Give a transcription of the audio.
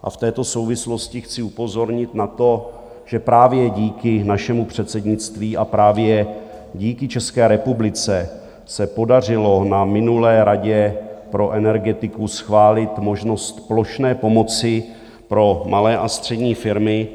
V této souvislosti chci upozornit na to, že právě díky našemu předsednictví a právě díky České republice se podařilo na minulé radě pro energetiku schválit možnost plošné pomoci pro malé a střední firmy.